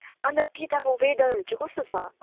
अनि त त्यताको वेदरहरू चाहिँ कस्तो छ